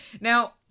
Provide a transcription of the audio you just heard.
Now